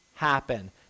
happen